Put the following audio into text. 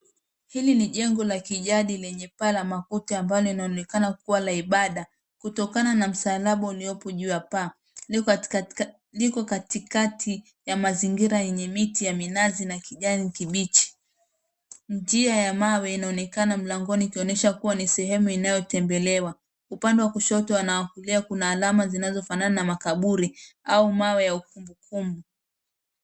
Hili ni jengo la kijadi lenye paa la makuti ambalo linaonekana kuwa la ibada, kutokana na msalaba uliopo juu ya paa. Liko katikati ya mazingira yenye miti ya minazi na kijani kibichi. Njia ya mawe inaonekana mlangoni ikoonyesha kuwa ni sehemu inayotembelewa. Upande wa kushoto na wa kulia kuna alama zinazofanana na makaburi au mawe ya kumbukumbu.